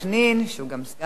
שהוא גם סגן יושב-ראש הכנסת,